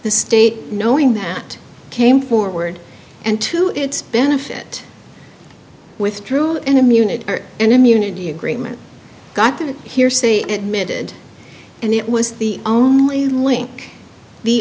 the state knowing that came forward and to its benefit withdrew an immunity and immunity agreement got the hearsay at mid and it was the only link the